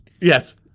Yes